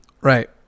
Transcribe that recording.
right